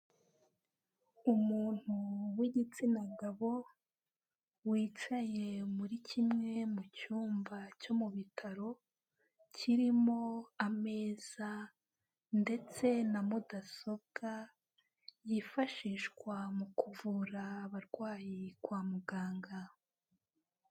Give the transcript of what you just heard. Umuntu w'igitsina gabo, wicaye muri kimwe mu cyumba cyo mu bitaro, kirimo ameza ndetse na mudasobwa, yifashishwa mu kuvura abarwayi kwa muganga.